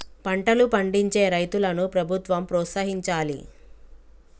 పంటలు పండించే రైతులను ప్రభుత్వం ప్రోత్సహించాలి